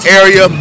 area